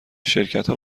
شرکتها